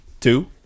two